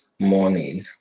morning